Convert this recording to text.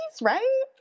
right